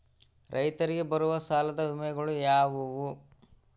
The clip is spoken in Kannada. ರೈತರಿಗೆ ಬರುವ ಸಾಲದ ವಿಮೆಗಳು ಯಾವುವು?